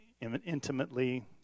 intimately